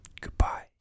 Goodbye